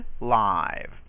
live